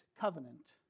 covenant